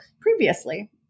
previously